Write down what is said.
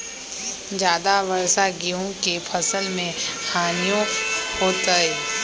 ज्यादा वर्षा गेंहू के फसल मे हानियों होतेई?